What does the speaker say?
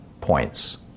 points